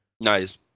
Nice